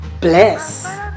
bless